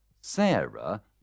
Sarah